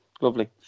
lovely